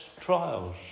trials